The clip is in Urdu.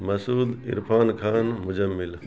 مسعود عرفان خان مزمل